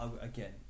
again